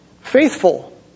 faithful